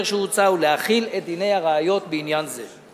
שהוצע ולהחיל את דיני הראיות בעניין זה,